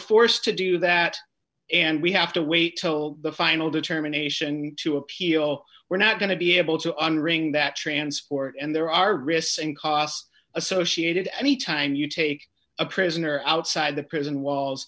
forced to do that and we have to wait till the final determination to appeal we're not going to be able to under that transport and there are risks and costs associated any time you take a prisoner outside the prison walls